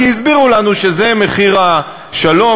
כי הסבירו לנו שזה מחיר השלום,